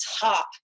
top